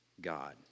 God